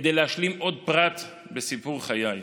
כדי להשלים עוד פרט בסיפור חיי,